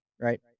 right